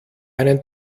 einen